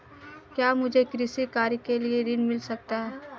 क्या मुझे कृषि कार्य के लिए ऋण मिल सकता है?